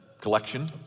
collection